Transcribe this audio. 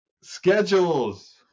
Schedules